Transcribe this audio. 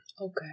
Okay